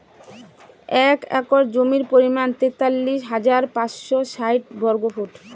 এক একর জমির পরিমাণ তেতাল্লিশ হাজার পাঁচশ ষাইট বর্গফুট